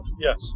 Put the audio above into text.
Yes